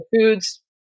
foods